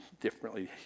differently